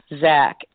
Zach